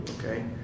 okay